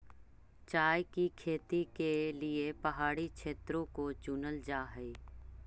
चाय की खेती के लिए पहाड़ी क्षेत्रों को चुनल जा हई